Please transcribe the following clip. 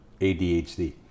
ADHD